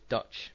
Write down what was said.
Dutch